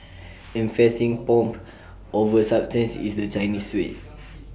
emphasising pomp over substance is the Chinese way